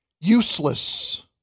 Useless